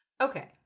Okay